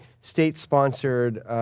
state-sponsored